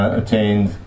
attained